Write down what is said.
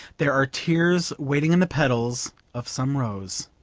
there are tears waiting in the petals of some rose.